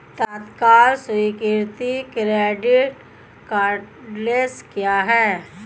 तत्काल स्वीकृति credit cards क्या हैं?